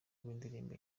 w’indirimbo